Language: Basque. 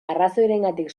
arrazoirengatik